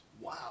Wow